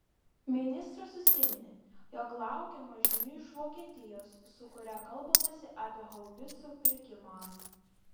ministras užsiminė jog laukiama žinių iš vokietijos su kuria kalbamasi apie haubicų pirkimą